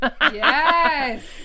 yes